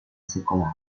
secolare